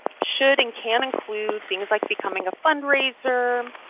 should and can include things like becoming a fundraiser,